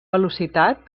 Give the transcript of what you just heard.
velocitat